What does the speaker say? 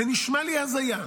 זה נשמע לי הזיה.